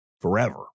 forever